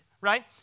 right